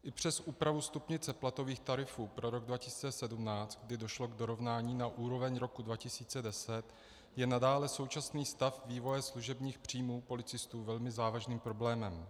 I přes úpravu stupnice platových tarifů pro rok 2017, kdy došlo k dorovnání na úroveň roku 2010, je nadále současný stav vývoje služebních příjmů policistů velmi závažným problémem.